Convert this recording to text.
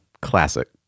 classic